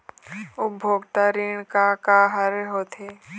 उपभोक्ता ऋण का का हर होथे?